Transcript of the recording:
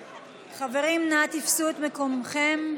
חברים, אנא תפסו את מקומכם.